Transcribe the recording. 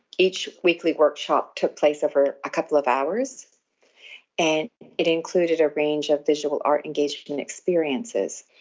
each weekly workshop took place over a couple of hours and it included a range of visual art engagement and experiences.